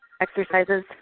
exercises